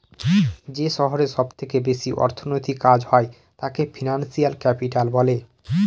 যে শহরে সব থেকে বেশি অর্থনৈতিক কাজ হয় তাকে ফিনান্সিয়াল ক্যাপিটাল বলে